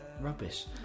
rubbish